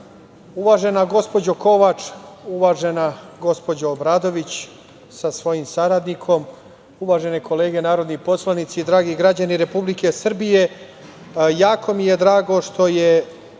gospođo Kovač, uvažena gospođo Obradović sa svojim saradnikom, uvažen kolege narodni poslanici, dragi građani Republike Srbije, jako mi je drago što je